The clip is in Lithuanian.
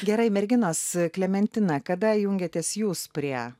gerai merginos klementina kada jungiatės jūs prie